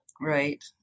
Right